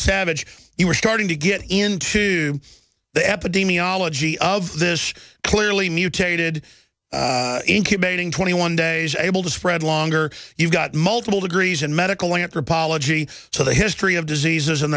savage you were starting to get into the epidemiology of this clearly mutated incubating twenty one days able to spread longer you've got multiple degrees in medical anthropology so the history of diseases and